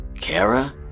Kara